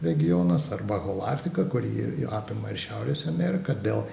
regionas arba holarktika kuri apima ir šiaurės ameriką dėl